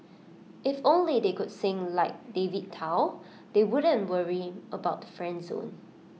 if only they could sing like David Tao they wouldn't worry about the friend zone